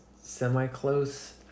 semi-close